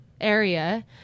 area